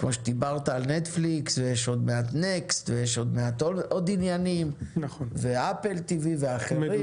כמו שדיברת על Netflix ויש עוד מעט next ו-apple tv ואחרים.